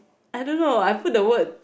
I don't know I put the word